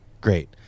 Great